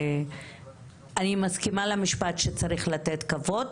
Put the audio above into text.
אני מסכימה למשפט שצריך לתת כבוד,